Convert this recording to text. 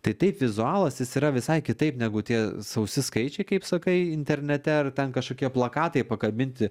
tai taip vizualas jis yra visai kitaip negu tie sausi skaičiai kaip sakai internete ar ten kažkokie plakatai pakabinti